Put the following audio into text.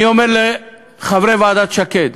אני אומר לחברי ועדת שקד,